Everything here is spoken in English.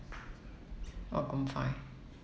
oh I'm fine